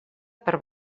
per